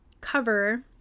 cover